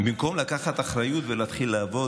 במקום לקחת אחריות ולהתחיל לעבוד,